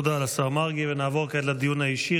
תודה לשר מרגי, ונעבור כעת לדיון האישי.